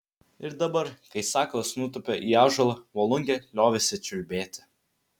ir dabar kai sakalas nutūpė į ąžuolą volungė liovėsi čiulbėti